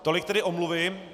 Tolik tedy omluvy.